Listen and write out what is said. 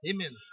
Amen